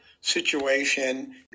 situation